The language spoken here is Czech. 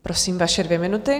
Prosím, vaše dvě minuty.